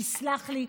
תסלח לי,